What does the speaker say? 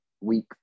week